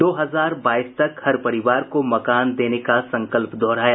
दो हजार बाईस तक हर परिवार को मकान देने का संकल्प दोहराया